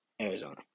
Arizona